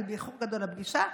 אני באיחור גדול לפגישה,